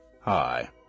Hi